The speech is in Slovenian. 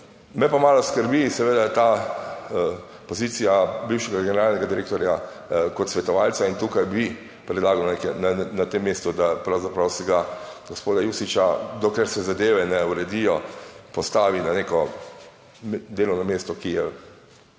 Me pa malo skrbi seveda ta pozicija bivšega generalnega direktorja kot svetovalca in tukaj bi predlagal na tem mestu, da pravzaprav se ga gospoda Jušića, dokler se zadeve ne uredijo, postavi na neko delovno mesto, ki je